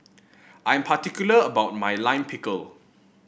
I am particular about my Lime Pickle